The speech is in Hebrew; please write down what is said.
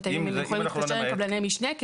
האם הם יכולים להתקשר עם קבלני משנה,